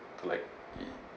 like it